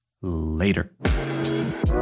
Later